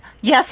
yes